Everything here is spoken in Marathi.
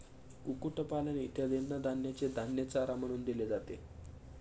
कुक्कुटपालन इत्यादींना धान्याचे धान्य चारा म्हणून दिले जाते